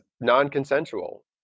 non-consensual